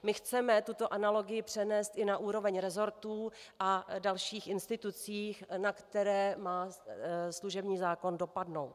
My chceme tuto analogii přenést i na úroveň resortů a dalších institucí, na které má služební zákon dopadnout.